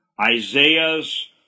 Isaiah's